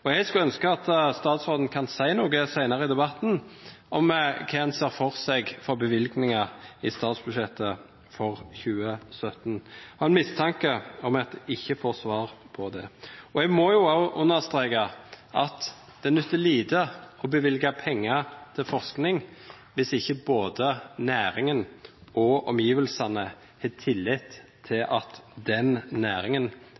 Jeg skulle ønske at statsråden kunne si noe senere i debatten om hvilke bevilgninger i statsbudsjettet for 2017 han ser for seg. Jeg har en mistanke om at vi ikke får svar på det. Jeg må også understreke at det nytter lite å bevilge penger til forskning hvis ikke både næringen og omgivelsene har tillit